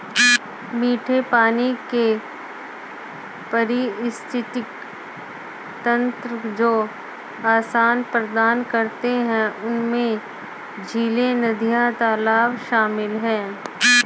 मीठे पानी के पारिस्थितिक तंत्र जो आवास प्रदान करते हैं उनमें झीलें, नदियाँ, तालाब शामिल हैं